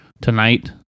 tonight